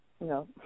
No